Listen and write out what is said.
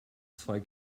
zwei